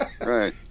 Right